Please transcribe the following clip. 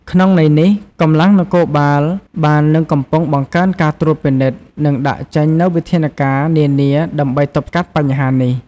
ក្នុងន័យនេះ កម្លាំងនគរបាលបាននិងកំពុងបង្កើនការត្រួតពិនិត្យ និងដាក់ចេញនូវវិធានការនានាដើម្បីទប់ស្កាត់បញ្ហាទាំងនេះ។